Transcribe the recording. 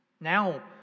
Now